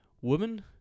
Woman